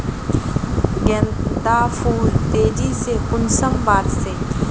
गेंदा फुल तेजी से कुंसम बार से?